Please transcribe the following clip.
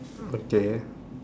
okay